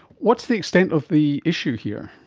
what's the extent of the issue here?